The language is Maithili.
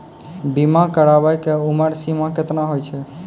बीमा कराबै के उमर सीमा केतना होय छै?